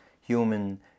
Human